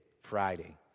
Friday